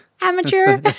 amateur